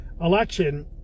election